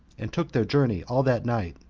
and took their journey all that night,